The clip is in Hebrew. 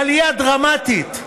עלייה דרמטית.